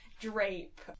drape